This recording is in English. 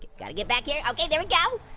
gotta get back here, okay, there we go.